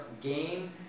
game